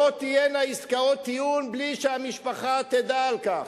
לא תהיינה עסקאות טיעון בלי שהמשפחה תדע על כך.